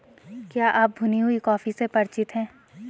क्या आप भुनी हुई कॉफी से परिचित हैं?